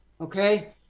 okay